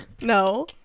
No